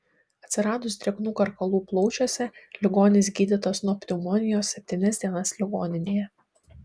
atsiradus drėgnų karkalų plaučiuose ligonis gydytas nuo pneumonijos septynias dienas ligoninėje